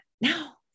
now